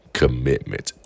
commitment